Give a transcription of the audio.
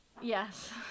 Yes